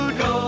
go